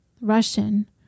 Russian